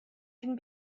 can